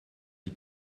die